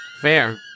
fair